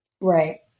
Right